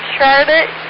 Charlotte